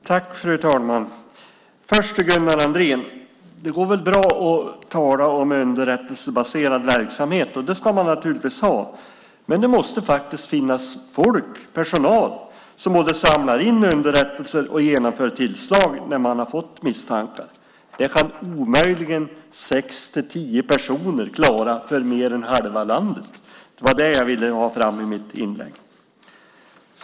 Fru talman! Först vill jag säga till Gunnar Andrén att det går bra att tala om underrättelsebaserad verksamhet, och den ska vi naturligtvis ha, men det måste finnas personal som både samlar in underrättelser och genomför tillslag när de fått misstankar. Det kan omöjligt sex-tio personer klara för mer än halva landet. Det var det jag ville ha framfört i mitt inlägg.